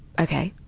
ok.